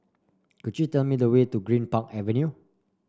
could you tell me the way to Greenpark Avenue